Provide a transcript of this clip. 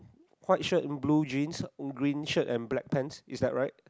white shirt in blue jeans green shirt and black pants is that right